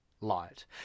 light